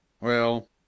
Well